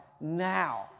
now